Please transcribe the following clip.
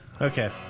okay